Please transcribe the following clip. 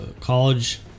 college